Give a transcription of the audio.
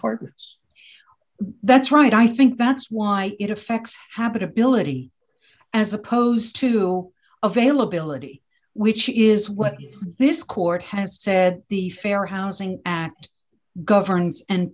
horton's that's right i think that's why it affects habitability as opposed to availability which is what this court has said the fair housing act governs and